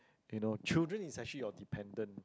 you know children is actually your dependent